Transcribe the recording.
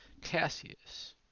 Cassius